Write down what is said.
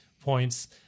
points